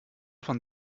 von